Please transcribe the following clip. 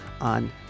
on